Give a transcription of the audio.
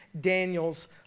Daniel's